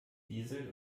diesel